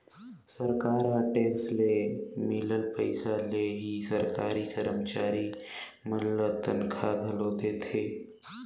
सरकार ह टेक्स ले मिलल पइसा ले ही सरकारी करमचारी मन ल तनखा घलो देथे